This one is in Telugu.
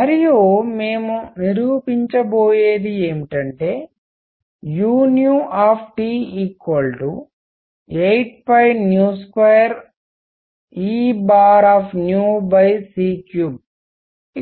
మరియు మేము నిరూపించబోయేది ఏమిటంటే u 82Ec3